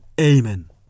Amen